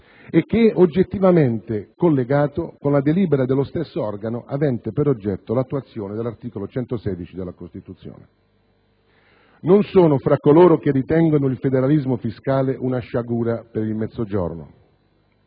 e che è oggettivamente collegato con la delibera dello stesso organo avente per oggetto l'attuazione dall'articolo 116 della Costituzione. Personalmente, non sono tra coloro che ritengono il federalismo fiscale una sciagura per il Mezzogiorno.